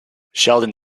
sheldon